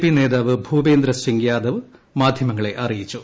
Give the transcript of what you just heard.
P നേതാവ് ഭൂപേന്ദ്രസിംഗ് യാദവ് മാധ്യമങ്ങളെ അറിയിച്ചു